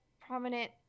prominent